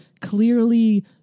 clearly